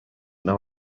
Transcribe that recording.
now